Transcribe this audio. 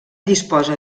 disposa